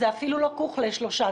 זה אפילו לא כוך לשלושה.